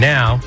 Now